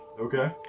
Okay